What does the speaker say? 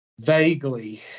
Vaguely